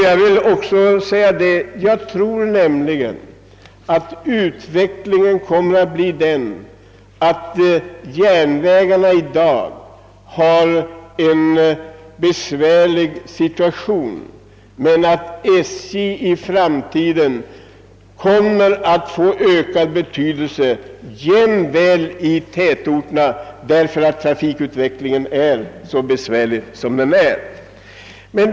Jag tror nämligen att utvecklingen blir den, att järnvägarna, som i dag befinner sig i en besvärlig situation, i framtiden kommer att få ökad betydelse jämväl i tätorterna, därför att trafikutvecklingen är så bekymmersam som den faktiskt är.